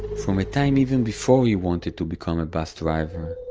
from a time even before he wanted to become a bus driver,